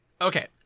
Okay